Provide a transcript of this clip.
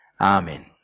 Amen